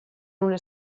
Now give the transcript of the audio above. una